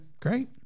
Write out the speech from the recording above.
Great